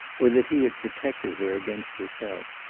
or that he had protected her against herself.